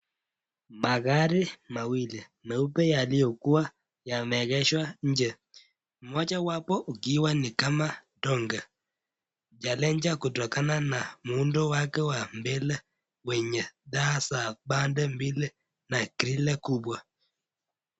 Magari mawili meupe yaliyokuwa yameegeshwa nje. Moja wapo ukiwa ni kama donge. Chalenja kutokana na muundo wake wa mbele wenye taa za pande mbili na grille kubwa.